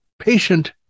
patient